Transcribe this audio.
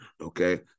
Okay